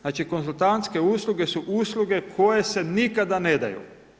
Znači konzultantske usluge su usluge koje se nikada ne daju.